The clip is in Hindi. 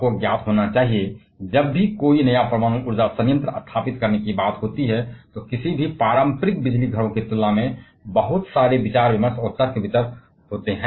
अब आपको ज्ञात होना चाहिए कि जब भी कोई नया परमाणु ऊर्जा संयंत्र स्थापित करने की बात होती है तो किसी भी पारंपरिक बिजलीघरों की तुलना में बहुत सारे और बहुत सारे विचार विमर्श और तर्क वितर्क होंगे